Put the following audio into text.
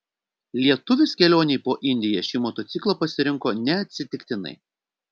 lietuvis kelionei po indiją šį motociklą pasirinko neatsitiktinai